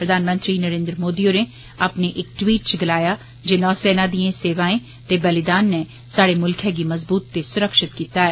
प्रधानमंत्री नरेन्द्र मोदी होरें अपने इक ट्वीट च गलाया ऐ जे नौसेना दी सेवाएं ते बलिदान नै साहड़े मुल्ख गी मजबूत ते सुरक्षत बनाया ऐ